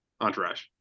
Entourage